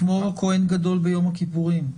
כמו הכהן הגדול ביום הכיפורים.